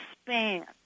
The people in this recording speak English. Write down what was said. span